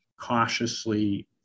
cautiously